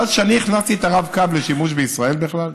את יודעת שאני הכנסתי את הרב-קו לשימוש בישראל בכלל?